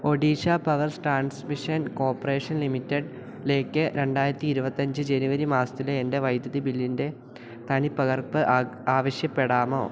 Odisha power transmission corporation ലിമിറ്റഡിലേക്ക് രണ്ടായിരത്തി ഇരുപത്തിയഞ്ച് ജനുവരി മാസത്തിലെ എൻ്റെ വൈദ്യുതി ബില്ലിൻ്റെ തനി പകർപ്പ് ആവശ്യപ്പെടാമോ